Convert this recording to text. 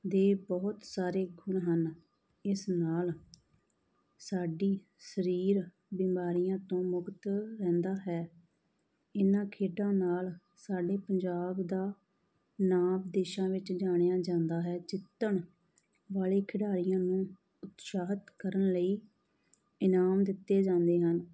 ਦੇ ਬਹੁਤ ਸਾਰੇ ਗੁਣ ਹਨ ਇਸ ਨਾਲ ਸਾਡੀ ਸਰੀਰ ਬਿਮਾਰੀਆਂ ਤੋਂ ਮੁਕਤ ਰਹਿੰਦਾ ਹੈ ਇਹਨਾਂ ਖੇਡਾਂ ਨਾਲ ਸਾਡੇ ਪੰਜਾਬ ਦਾ ਨਾਂ ਵਿਦੇਸ਼ਾਂ ਵਿੱਚ ਜਾਣਿਆ ਜਾਂਦਾ ਹੈ ਜਿੱਤਣ ਵਾਲੇ ਖਿਡਾਰੀਆਂ ਨੂੰ ਉਤਸ਼ਾਹਿਤ ਕਰਨ ਲਈ ਇਨਾਮ ਦਿੱਤੇ ਜਾਂਦੇ ਹਨ